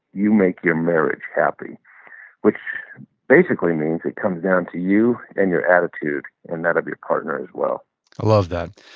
you make your marriage happy which basically means it comes down to you and your attitude and that of your partner as well i love that.